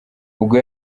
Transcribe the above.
ubwo